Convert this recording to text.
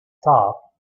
top